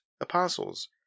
apostles